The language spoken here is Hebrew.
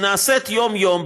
שנעשית יום-יום,